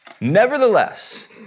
Nevertheless